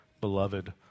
beloved